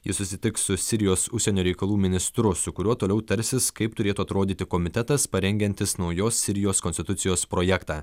ir susitiks su sirijos užsienio reikalų ministru su kuriuo toliau tarsis kaip turėtų atrodyti komitetas parengiantis naujos sirijos konstitucijos projektą